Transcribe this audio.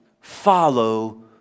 follow